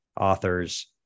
authors